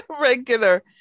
regular